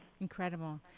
incredible